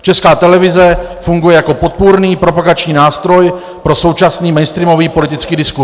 Česká televize funguje jako podpůrný propagační nástroj pro současný mainstreamový politický diskurz.